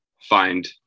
find